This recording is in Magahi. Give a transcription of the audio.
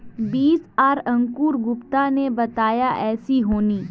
बीज आर अंकूर गुप्ता ने बताया ऐसी होनी?